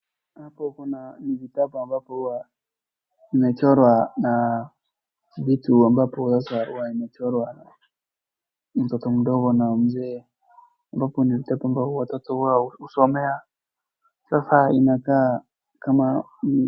Hapo kuna vitabu ambapo huwa imechorwa na vitu ambapo sasa hua imechorwa mtoto mdogo na mzee ambapo ni vitabu watoto hua husomea. Sasa inakaa kama.